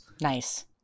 Nice